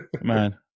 man